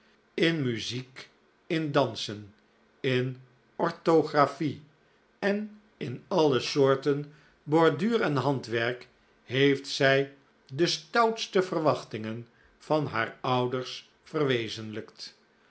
in muziek in dansen in orthographie en in alle soorten borduur en handwerk heeft zij de stoutste verwachtingen van haar ouders verwezenlijkt